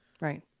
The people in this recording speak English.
Right